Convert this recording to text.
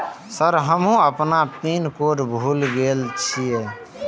Sir हमू अपना pin code भूल गेल जीये?